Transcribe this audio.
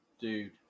dude